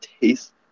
taste